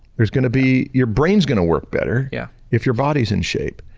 there's going to be your brain is going to work better yeah if your body is in shape.